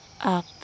up